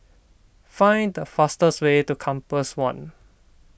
find the fastest way to Compass one